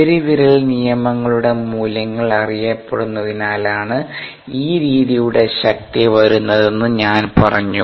പെരുവിരൽ നിയമങ്ങളുടെ മൂല്യങ്ങൾ അറിയപ്പെടുന്നതിനാലാണ് ഈ രീതിയുടെ ശക്തി വരുന്നതെന്ന് ഞാൻ പറഞ്ഞു